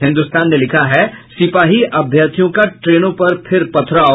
हिन्दुस्तान ने लिखा है सिपाही अभ्यर्थियों का ट्रेनों पर फिर पथराव